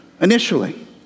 initially